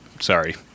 sorry